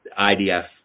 IDF